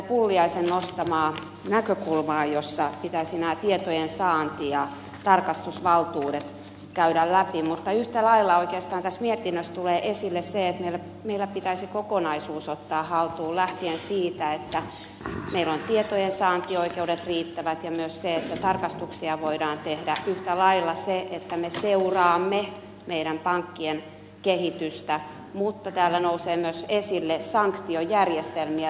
pulliaisen esille nostamaa näkökulmaa että pitäisi nämä tietojensaanti ja tarkastusvaltuudet käydä läpi mutta oikeastaan yhtä lailla tässä mietinnössä tulee esille se että meillä pitäisi kokonaisuus ottaa haltuun lähtien siitä että meillä on riittävät tietojensaantioikeudet ja että myös tarkastuksia voidaan tehdä ja että me seuraamme meidän pankkien kehitystä mutta täällä nousee esille myös sanktiojärjestelmien luonti